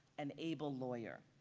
an able lawyer.